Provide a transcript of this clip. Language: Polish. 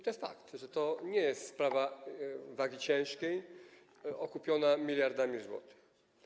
To jest fakt, że to nie jest sprawa wagi ciężkiej, okupiona miliardami złotych.